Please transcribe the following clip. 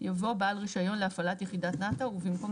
יבוא "בעל רישיון להפעלת יחידת נת"א" ובמקום